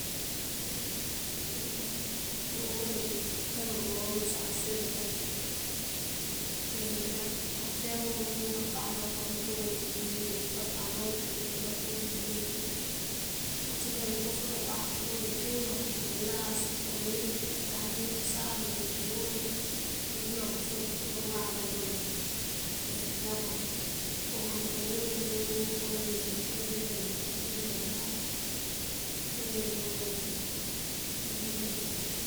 Ufërigo mëëntúwël dí kuraŋ o sarësir ocum, këleempëná. O cíyank kápano amëënţuwël di kápano ocum këëruka purir këleempëna. Oţíjank këëfër këëwanţ dël, ţu uloŋ këënţu ngëëlas ngëëforëmir, këëntan usáak këënţu dí pëloŋ pëëfër bëëfër këëwant këëmëënţ kun këleempëna bul. Kom mëëmpurir pëëntúndël koowíme kom bëëjëlanink këënţudi pëloŋ pëëwanjinţin. Ací uleemp fërigo dí bewínjí.